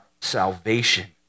salvation